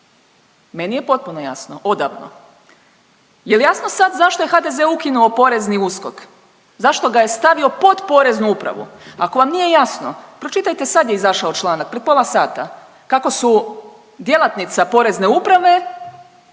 Meni je potpuno jasno odavno. Jel jasno sad zašto je HDZ ukinuo porezni USKOK, zašto ga je stavio pod Poreznu upravu? Ako vam nije jasno pročitajte sad je izašao članak prije pola sata kako su djelatnica Porezne uprave